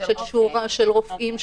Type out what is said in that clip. של רופאים,